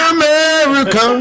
America